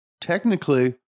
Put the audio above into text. technically